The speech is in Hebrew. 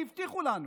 והבטיחו לנו,